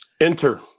enter